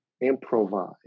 improvise